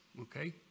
okay